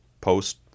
post